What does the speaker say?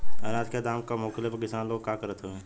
अनाज क दाम कम होखले पर किसान लोग का करत हवे?